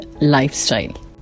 lifestyle